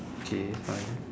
okay fine